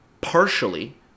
partially